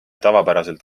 tavapäraselt